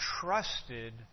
trusted